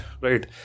Right